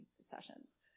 sessions